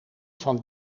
van